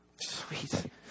Sweet